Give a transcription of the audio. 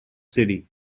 city